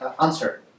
answer